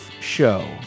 show